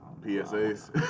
PSAs